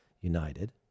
United